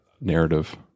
narrative